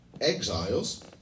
exiles